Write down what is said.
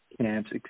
camps